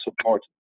support